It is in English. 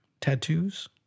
tattoos